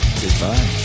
goodbye